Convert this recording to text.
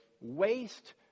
waste